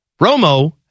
Romo